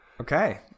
Okay